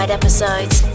episodes